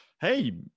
hey